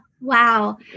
Wow